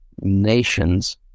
nations